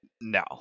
no